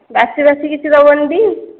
ବାସି ଫାସି କିଛି ଦେବନାହିଁ ଟି